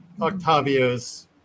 Octavio's